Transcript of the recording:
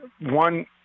one